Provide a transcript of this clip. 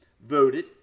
voted